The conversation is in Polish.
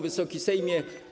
Wysoki Sejmie!